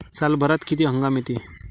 सालभरात किती हंगाम येते?